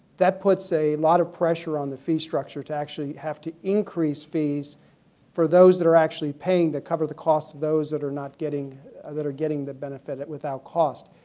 that puts a lot of pressure on the fee structure to have to increase fees for those that are actually paying to cover the cost of those that are not getting that are getting the benefit without cost.